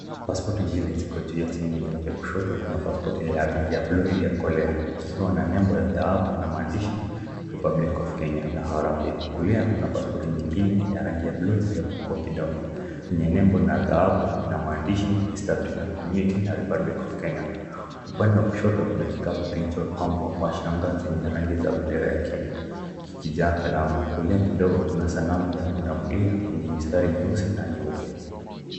Passpoti mbili ziko juu ya sehemu nyeupe, kushoto kuna passpoti ya rangi ya ( blue) iliokolea ,kikiwa na nembo ya dhahabu na maandishi,(republic of Kenya) na (Harambee)kulia kuna passpoti nyingine ya rangi ya ( blue) ilioko kwa kidogo yenye nembo na dhahabu inamaandishi(East African Community ) na (Republic of Kenya) .Upande wa kushoto kuna kikapu kilicho ombwa kwa shangazi yenye rangi za bendera ya kenya, kikijaa kalamu kulia kidogo kuna sanamu ya punda mlia yenye mistari nyeusi na nyeupe.